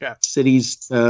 cities